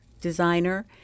designer